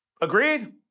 Agreed